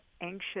anxious